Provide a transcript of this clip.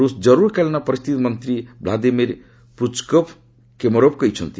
ରୁଷ ଜରୁରୀକାଳୀନ ପରିସ୍ଥିତି ମନ୍ତ୍ରୀ ବ୍ଲାଦିମିର୍ ପୁଚକୋବ୍ କେମେରୋବ୍ରେ କହିଛନ୍ତି